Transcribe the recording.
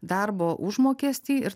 darbo užmokestį ir